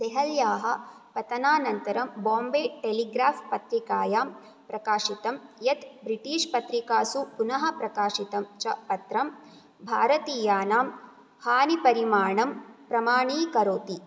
देहल्याः पतनाननन्तरं बोम्बे टेलिग्राफ़् पत्रिकायां प्रकाशितं यत् ब्रिटिश् पत्रिकासु पुनः प्रकाशितं च पत्रं भारतीयानां हानिपरिमाणं प्रमाणीकरोति